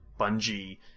Bungie